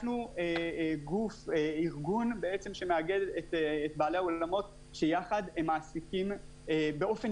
אנחנו ארגון שמאגד את בעלי האולמות שיחד מעסיקים באופן